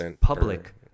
public